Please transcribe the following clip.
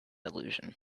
illusion